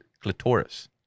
clitoris